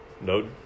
no